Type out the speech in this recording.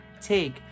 take